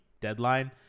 deadline